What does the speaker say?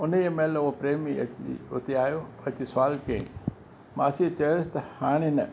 हुन जे महिल उहो प्रेमी अची हुते आयो अची सुवाल कयईं मासी चयोसि त हाणे न